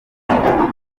baba